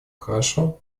хорошо